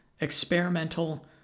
experimental